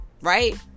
right